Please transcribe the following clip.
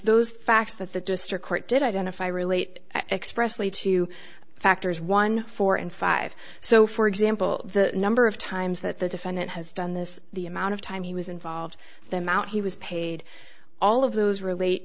those facts that the district court did identify relate expressly to factors one four and five so for example the number of times that the defendant has done this the amount of time he was involved them out he was paid all of those relate